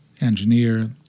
engineer